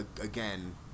again